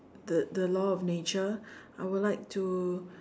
the the law of nature I would like to